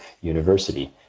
University